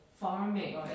farming